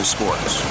Sports